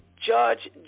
judge